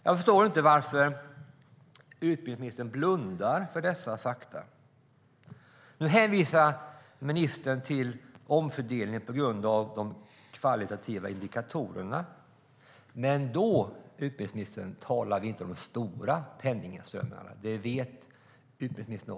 Jag förstår inte varför utbildningsministern blundar för dessa fakta. Nu hänvisar ministern till omfördelningen på grund av de kvalitativa indikatorerna, men då, utbildningsministern, talar vi inte om de stora penningsummorna. Det vet utbildningsministern.